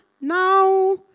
now